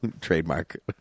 trademark